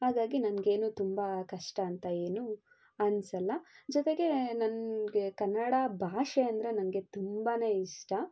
ಹಾಗಾಗಿ ನನಗೇನು ತುಂಬ ಕಷ್ಟ ಅಂತ ಏನು ಅನಿಸಲ್ಲ ಜೊತೆಗೆ ನನಗೆ ಕನ್ನಡ ಭಾಷೆ ಅಂದರೆ ನನಗೆ ತುಂಬಾ ಇಷ್ಟ